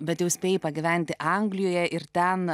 bet jau spėjai pagyventi anglijoje ir ten